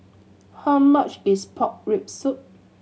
how much is pork rib soup